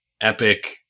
epic